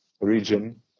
region